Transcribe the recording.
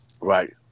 Right